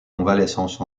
convalescence